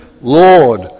Lord